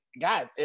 guys